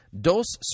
Dos